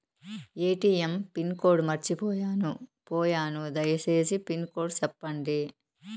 ATM pin code మర్చిపోయాను పోయాను దయసేసి పిన్ కోడ్ సెప్పండి?